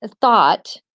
thought